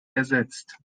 ersetzt